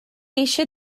eisiau